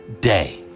day